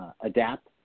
adapt